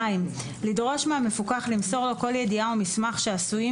לדרוש מהמפוקח למסור לו כל ידיעה או מסמך שעשויים